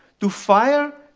to fire,